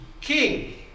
king